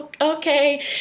okay